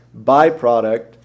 byproduct